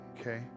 okay